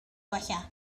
gwella